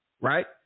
right